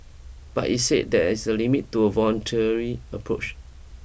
but it said there is a limit to a voluntary approach